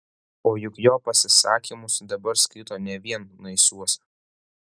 o juk jo pasisakymus dabar skaito ne vien naisiuose